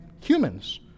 humans